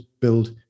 build